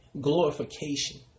glorification